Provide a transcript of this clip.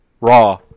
Raw